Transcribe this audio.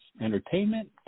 entertainment